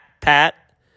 Pat